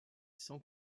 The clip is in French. sans